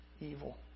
evil